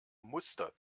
muster